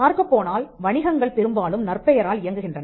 பார்க்கப்போனால் வணிகங்கள் பெரும்பாலும் நற்பெயரால் இயங்குகின்றன